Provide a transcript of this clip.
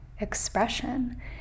expression